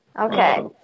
Okay